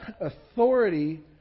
authority